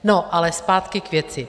No, ale zpátky k věci.